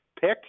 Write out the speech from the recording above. pick